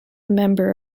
member